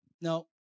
No